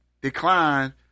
decline